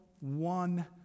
one